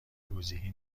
توضیحی